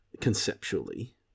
conceptually